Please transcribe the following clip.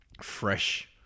fresh